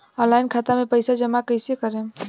Online खाता मे पईसा जमा कइसे करेम?